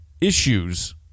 issues